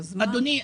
אדוני,